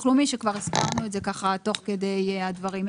לאומי שכבר הזכרנו את זה ככה תוך כדי הדברים.